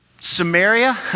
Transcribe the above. Samaria